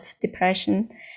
depression